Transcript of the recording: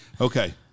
okay